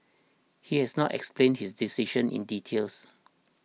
he has not explained his decision in details